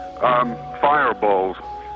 fireballs